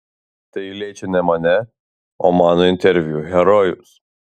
tai liečia ne mane o mano interviu herojus